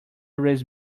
erase